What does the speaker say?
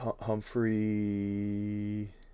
Humphrey